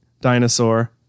dinosaur